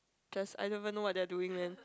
just I don't even know what they are doing man